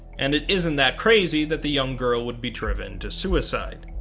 and it isn't that crazy that the young girl would be driven to suicide.